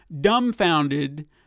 dumbfounded